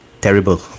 Terrible